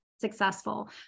Successful